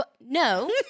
No